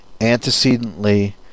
antecedently